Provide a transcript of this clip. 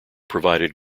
provided